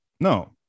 no